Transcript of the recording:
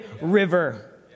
River